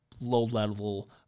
low-level